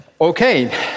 Okay